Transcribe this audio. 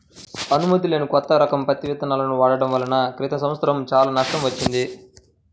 అనుమతి లేని కొత్త రకం పత్తి విత్తనాలను వాడటం వలన క్రితం సంవత్సరం చాలా నష్టం వచ్చింది